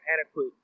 adequate